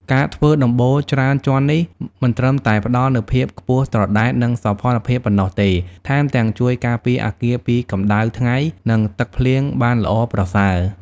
ការធ្វើដំបូលច្រើនជាន់នេះ មិនត្រឹមតែផ្តល់នូវភាពខ្ពស់ត្រដែត និងសោភ័ណភាពប៉ុណ្ណោះទេ ថែមទាំងជួយការពារអគារពីកម្ដៅថ្ងៃ និងទឹកភ្លៀងបានល្អប្រសើរ។